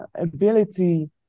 ability